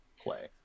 play